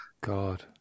God